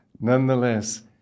nonetheless